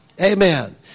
Amen